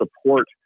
support